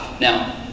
Now